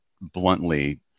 bluntly